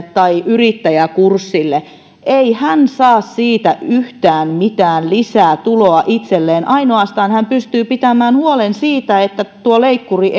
tai yrittäjäkurssille ei hän saa siitä yhtään mitään lisää tuloa itselleen hän pystyy ainoastaan pitämään huolen siitä että tuo leikkuri